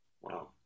Wow